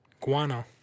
Guano